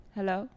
Hello